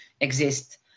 exist